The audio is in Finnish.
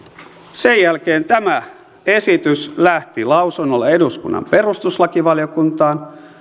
sen jälkeen tämä esitys lähti lausunnolle eduskunnan perustuslakivaliokuntaan